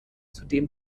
zudem